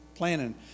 planning